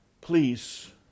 Please